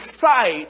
sight